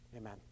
Amen